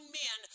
men